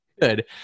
Good